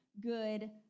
good